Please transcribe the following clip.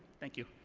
thank you.